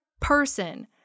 person